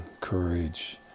courage